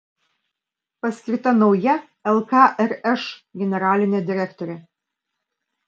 paskirta nauja lkrš generalinė direktorė